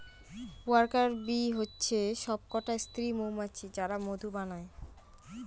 worker bee হচ্ছে সবকটা স্ত্রী মৌমাছি যারা মধু বানায়